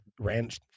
ranch